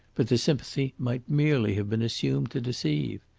but the sympathy might merely have been assumed to deceive.